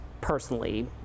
personally